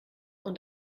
und